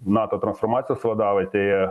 nato transformacijos vadavietėje